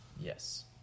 Yes